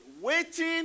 Waiting